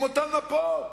עם אותן מפות,